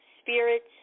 spirits